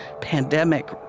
pandemic